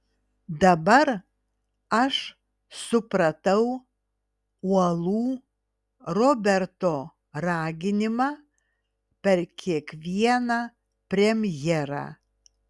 dabar aš supratau uolų roberto raginimą per kiekvieną premjerą